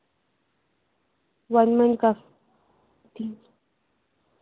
one month کا جی